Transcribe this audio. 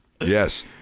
Yes